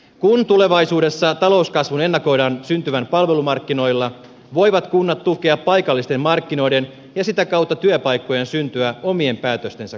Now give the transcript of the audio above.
kun tulevaisuudessa talouskasvun ennakoidaan syntyvän palvelumarkkinoilla voivat kunnat tukea paikallisten markkinoiden ja sitä kautta työpaikkojen syntyä omien päätöstensä kautta